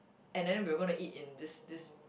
and then we're gonna eat in this this